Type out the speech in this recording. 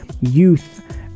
youth